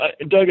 Doug